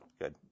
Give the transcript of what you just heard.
Good